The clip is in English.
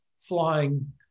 flying